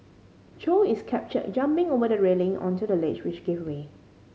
Chow is captured jumping over the railing onto the ledge which gave way